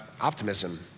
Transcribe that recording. optimism